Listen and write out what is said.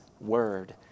word